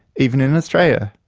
even in australia!